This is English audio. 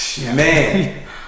man